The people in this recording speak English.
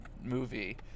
movie